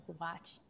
watch